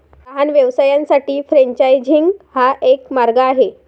लहान व्यवसायांसाठी फ्रेंचायझिंग हा एक मार्ग आहे